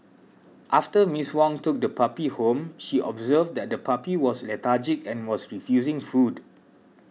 after Miss Wong took the puppy home she observed that the puppy was lethargic and was refusing food